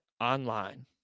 Online